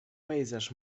pejzaż